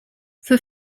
for